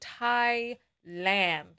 Thailand